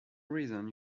reason